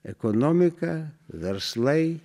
ekonomika verslai